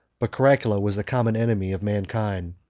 but caracalla was the common enemy of mankind.